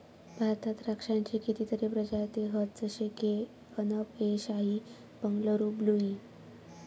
भारतात द्राक्षांची कितीतरी प्रजाती हत जशे की अनब ए शाही, बंगलूर ब्लू ई